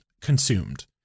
consumed